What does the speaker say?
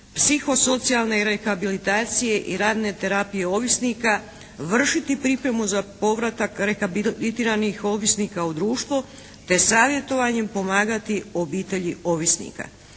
psihosocijalne rehabilitacije i radne terapije ovisnika, vršiti pripremu za povratak rehabilitiranih ovisnika u društvo te savjetovanjem pomagati obitelji ovisnika.